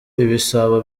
ibisabo